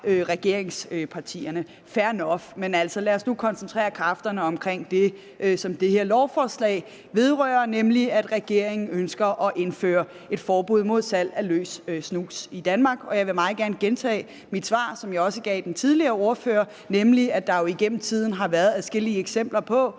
regeringspartiernes side. Fair nok, men lad os nu koncentrere kræfterne om det, som det her lovforslag vedrører, nemlig at regeringen ønsker at indføre et forbud mod salg af løs snus i Danmark. Og jeg vil meget gerne gentage mit svar, som jeg også gav den tidligere ordfører, nemlig at der jo igennem tiden har været adskillige eksempler på,